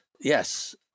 Yes